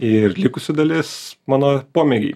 ir likusi dalis mano pomėgiai